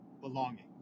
belonging